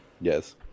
Yes